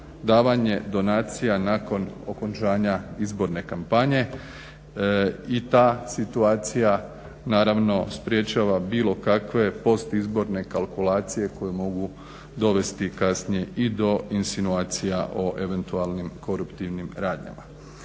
davanje donacija nakon okončanja izborne kompanije i ta situacija naravno sprječava bilo kakve post izborne kalkulacije koje mogu dovesti kasnije i do insinuacija o eventualnim koruptivnim radnjama.